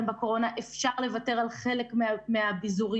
בקורונה אפשר לוותר על חלק מהביזוריות,